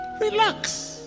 relax